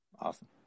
Awesome